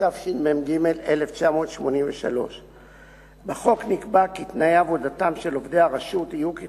התשמ"ג 1983. בחוק נקבע כי תנאי עבודתם של